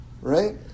Right